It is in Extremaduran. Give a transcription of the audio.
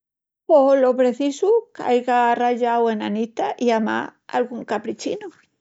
Pos lo precisu qu'aiga arrayau ena lista i amás d'algún caprichinu.